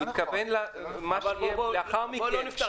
הוא התכוון לאחר מכן -- בואו לא נפתח דיון